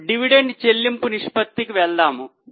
ఇప్పుడు డివిడెండ్ చెల్లింపు నిష్పత్తికి వెళ్దాం